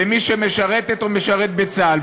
למי שמשרתת או משרת בצה"ל.